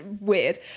weird